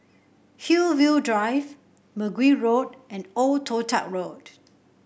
Hillview Drive Mergui Road and Old Toh Tuck Road